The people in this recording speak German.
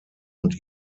und